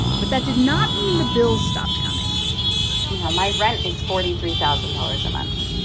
but that did not mean the bills stopped coming you know, my rent is forty three thousand dollars a month,